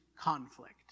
conflict